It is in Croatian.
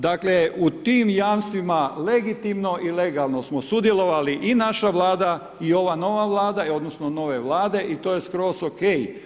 Dakle, u tim jamstvima, legitimno i legalno smo sudjelovali i naše vlada i nova vlade, odnosno, nove vlade i to je skroz ok.